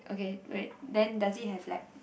okay wait does it has like